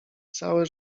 całe